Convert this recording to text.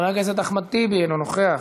חבר הכנסת אחמד טיבי, אינו נוכח.